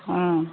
অঁ